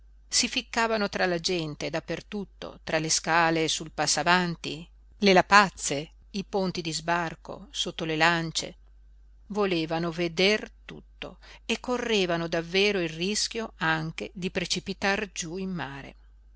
si ficcavano tra la gente da per tutto tra le scale sul passavanti le lapazze i ponti di sbarco sotto le lance volevano veder tutto e correvano davvero il rischio anche di precipitar giú in mare